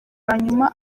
hanyuma